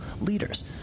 leaders